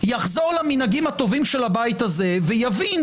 יחזור למנהגים הטובים של הבית הזה ויבין